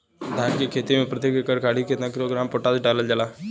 धान क खेती में प्रत्येक एकड़ खातिर कितना किलोग्राम पोटाश डालल जाला?